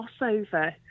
crossover